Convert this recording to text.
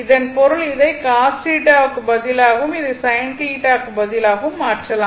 இதன் பொருள் இதை cos θ க்கு பதிலாகவும் இதை sin θ க்கு பதிலாகவும் மாற்றலாம்